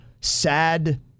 Sad